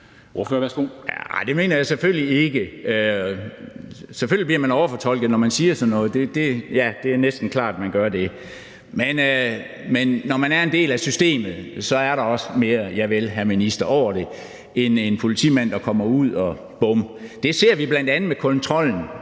Det mener jeg selvfølgelig ikke. Selvfølgelig bliver man overfortolket, når man siger sådan noget. Det er næsten klart, at man gør det. Men når man er en del af systemet, er der også mere »Javel, hr. minister« over det end over en politimand, der kommer ud – bum! Det ser vi bl.a. med kontrollen